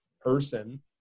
person